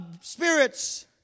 spirits